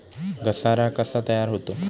घसारा कसा तयार होतो?